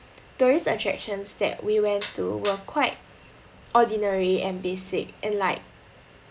tourist attractions that we went to were quite ordinary and basic and like